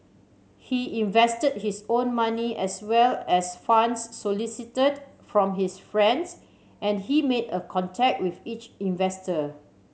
he invested his own money as well as funds solicited from his friends and he made a contract with each investor